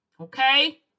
okay